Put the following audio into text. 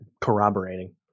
Corroborating